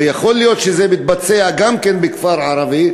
ויכול להיות שזה מתבצע גם כן בכפר ערבי,